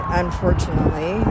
unfortunately